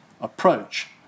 approach